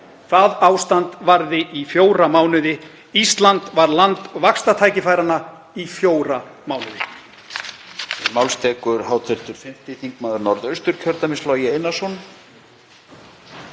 Það ástand varði í fjóra mánuði. Ísland var land vaxtatækifæranna í fjóra mánuði.